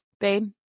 babe